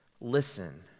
listen